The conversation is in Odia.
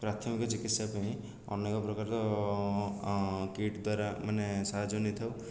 ପ୍ରାଥମିକ ଚିକିତ୍ସା ପାଇଁ ଅନେକ ପ୍ରକାରର କିଟ୍ ଦ୍ୱାରା ମାନେ ସାହାଯ୍ୟ ନେଇଥାଉ